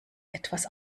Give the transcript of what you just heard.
etwas